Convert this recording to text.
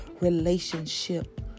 relationship